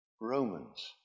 Romans